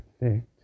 effect